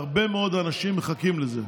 הרבה מאוד אנשים מחכים לזה.